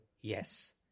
yes